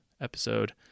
episode